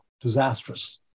disastrous